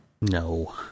No